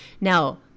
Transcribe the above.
Now